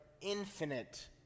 infinite